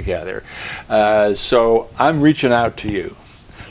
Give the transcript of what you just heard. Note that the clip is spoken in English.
together so i'm reaching out to you